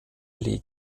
league